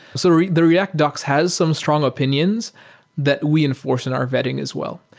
so the react docs has some strong opinions that we enforce in our vetting as well.